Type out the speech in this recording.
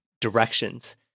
directions